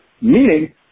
meaning